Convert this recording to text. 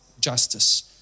justice